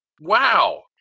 wow